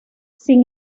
sin